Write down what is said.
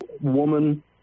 woman